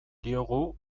diogu